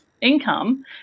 income